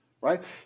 right